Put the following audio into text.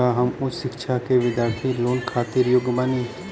का हम उच्च शिक्षा के बिद्यार्थी लोन खातिर योग्य बानी?